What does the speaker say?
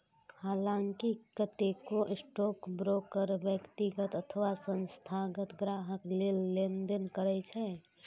हलांकि कतेको स्टॉकब्रोकर व्यक्तिगत अथवा संस्थागत ग्राहक लेल लेनदेन करै छै